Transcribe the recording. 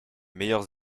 meilleurs